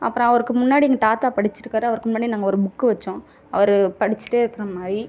அப்புறம் அவருக்கு முன்னாடி எங்கள் தாத்தா படிச்சிருக்கார் அவருக்கு முன்னாடி நாங்கள் ஒரு புக் வைச்சோம் அவர் படிச்சுட்டே இருக்கிற மாதிரி